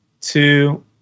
two